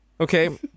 Okay